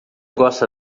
gosta